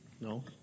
No